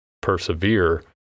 persevere